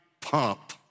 pump